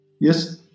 Yes